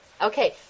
Okay